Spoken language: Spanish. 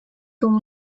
como